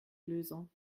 lösung